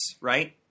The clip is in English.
right